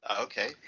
Okay